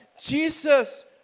Jesus